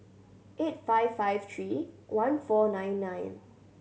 eight five five three one four nine nine